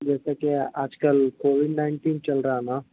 جیساکہ آج کل covid nineteen چل رہا ہے نا